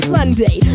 Sunday